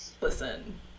Listen